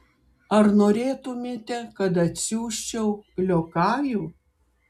ar norėtumėte kad atsiųsčiau liokajų